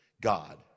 God